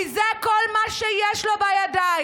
כי זה כל מה שיש לו בידיים.